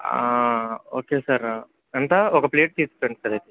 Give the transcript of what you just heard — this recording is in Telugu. ఓకే సార్ ఎంత ఒక ప్లేట్ తీసుకురండి సార్ అయితే